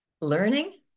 learning